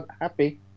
happy